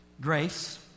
Grace